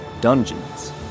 Dungeons &